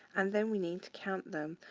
and then we need to count them.